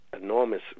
enormous